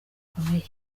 gikomeye